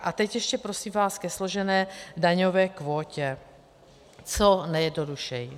A teď ještě prosím vás ke složené daňové kvótě, co nejjednodušeji.